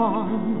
on